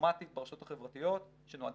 שיש פעילות אוטומטית ברשתות החברתיות